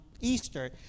easter